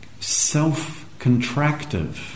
self-contractive